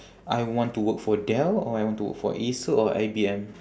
I want to work for dell or I want to work for acer or I_B_M